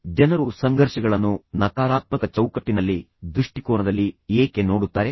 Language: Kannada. ಈಗ ಜನರು ಸಂಘರ್ಷಗಳನ್ನು ನಕಾರಾತ್ಮಕ ಚೌಕಟ್ಟಿನಲ್ಲಿ ನಕಾರಾತ್ಮಕ ದೃಷ್ಟಿಕೋನದಲ್ಲಿ ಏಕೆ ನೋಡುತ್ತಾರೆ